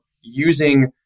using